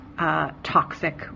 Toxic